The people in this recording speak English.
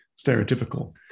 stereotypical